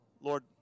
Lord